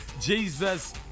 Jesus